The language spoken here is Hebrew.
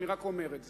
אני רק אומר את זה.